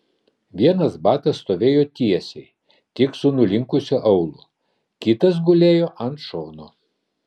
vienas batas stovėjo tiesiai tik su nulinkusiu aulu kitas gulėjo ant šono